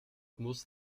muss